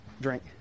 drink